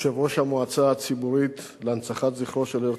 יושב-ראש המועצה הציבורית להנצחת זכרו של הרצל,